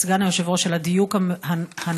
תודה לסגן היושב-ראש על הדיוק הנכון.